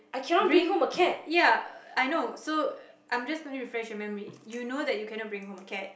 bring ya I know so I'm just gonna refresh your memory you know that you cannot bring home a cat